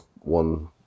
one